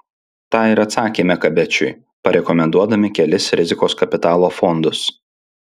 tą ir atsakėme kabečiui parekomenduodami kelis rizikos kapitalo fondus